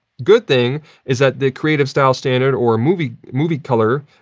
good thing is that the creative style standard, or movie movie color,